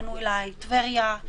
פנו אליי מטבריה,